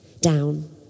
down